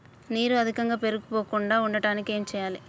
నీరు అధికంగా పేరుకుపోకుండా ఉండటానికి ఏం చేయాలి?